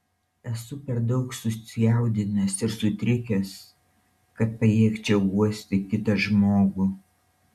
esu per daug susijaudinęs ir sutrikęs kad pajėgčiau guosti kitą žmogų